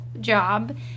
job